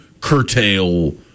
curtail